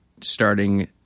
starting